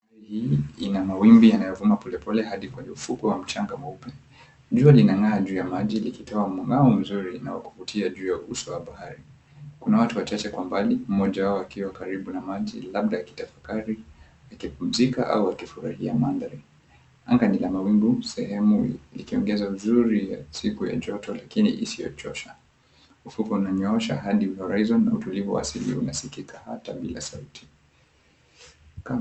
Bahari ina mawimbi yanayozama polepole hadi kwenye ufukwe wa mchanga mweupe. Jua linang'aa juu ya maji na kutoa mng'ao mzuri na wa kuvutia juu ya uso wa bahari. Kuna watu wachache kwa mbali, mmoja wao akiwa karibu na maji; labda akitafakari, akipumzika au akifurahia mandhari. Anga ni la mawingu sehemu, likiongeza uzuri wa siku ya joto lakini isiyochosha. Ufukwe unayoosha hadi horizon na utulivu wa asili unasikika hata bila sauti.